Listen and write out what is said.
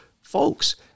folks